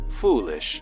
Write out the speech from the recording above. foolish